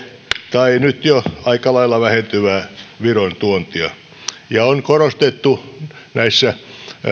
tai nyt jo aika lailla vähentyvää viron tuontia on korostettu näissä